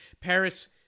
Paris